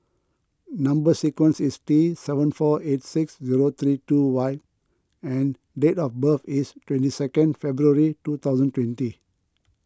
Number Sequence is T seven four eight six zero three two Y and date of birth is twenty second February two thousand twenty